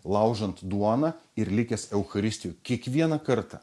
laužant duoną ir likęs eucharistijoj kiekvieną kartą